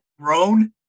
grown